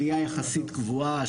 עלייה יחסית קבועה,